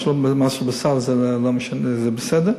מה שבסל זה לא משנה, זה בסדר,